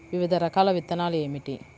వివిధ రకాల విత్తనాలు ఏమిటి?